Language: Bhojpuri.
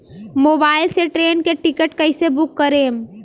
मोबाइल से ट्रेन के टिकिट कैसे बूक करेम?